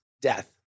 death